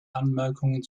anmerkungen